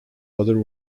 other